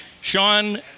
Sean